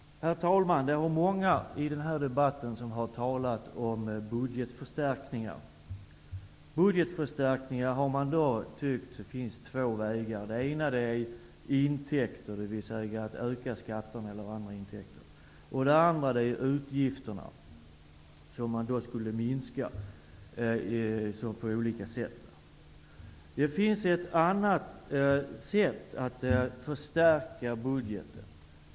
Herr talman! Många har i denna debatt talat om budgetförstärkningar. Man har ansett att det finns två vägar för att uppnå detta. Det ena är att öka intäkterna, dvs. att öka skatterna eller andra intäkter. Det andra är att minska utgifterna på olika sätt. Det finns ett annat sätt att förstärka budgeten.